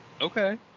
Okay